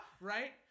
right